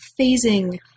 phasing